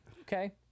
Okay